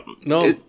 no